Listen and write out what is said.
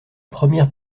première